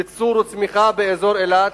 ייצור וצמיחה באזור אילת,